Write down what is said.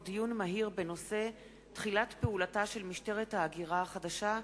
דיון מהיר בנושא: תחילת פעולתה של משטרת ההגירה החדשה,